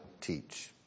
teach